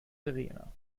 verena